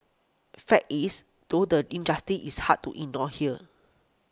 fact is though the injustice is hard to in nor here